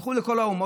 הלכו אל כל האומות,